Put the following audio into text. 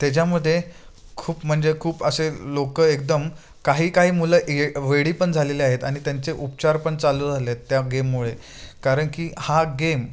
त्याच्यामध्ये खूप म्हणजे खूप असे लोकं एकदम काही काही मुलं ये वेडी पण झालेले आहेत आणि त्यांचे उपचार पण चालू झालेत त्या गेममुळे कारण की हा गेम